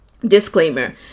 disclaimer